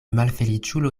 malfeliĉulo